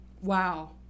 Wow